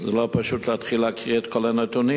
שזה לא פשוט להתחיל להקריא את כל הנתונים,